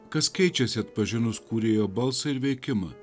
kas keičiasi atpažinus kūrėjo balsą ir veikimą